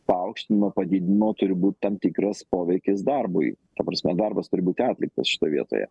paaukštinimo padidinimo turi būt tam tikras poveikis darbui ta prasme darbas turi būti atliktas šitoj vietoje